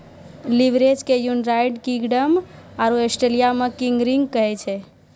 leverage के United Kingdom आरो Australia मे गियरिंग कहै छै